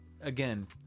again